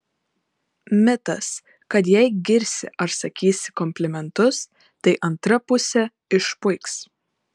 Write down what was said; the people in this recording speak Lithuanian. mitas kad jei girsi ar sakysi komplimentus tai antra pusė išpuiks